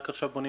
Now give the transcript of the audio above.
רק עכשיו בונים